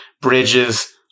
Bridges